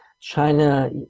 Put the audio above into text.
China